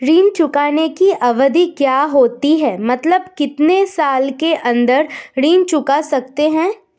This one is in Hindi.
ऋण चुकाने की अवधि क्या होती है मतलब कितने साल के अंदर ऋण चुका सकते हैं?